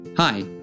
Hi